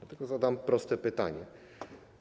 Dlatego zadam proste pytania: